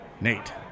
Nate